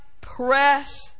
press